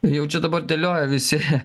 jau čia dabar dėlioja visi